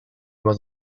was